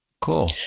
Cool